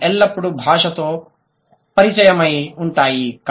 అవి ఎల్లప్పుడూ భాషాతో పరిచయమై ఉంటాయి